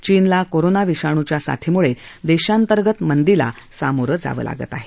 चीनला कोरोना विषाणूच्या साथीमुळे देशांतर्गत मंदीला सामोरं जावं लागत आहे